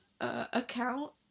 account